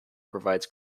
provides